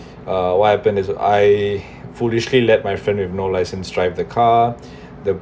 uh what happen is I foolishly let my friend with no license drive the car